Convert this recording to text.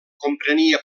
comprenia